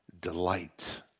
delight